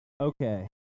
okay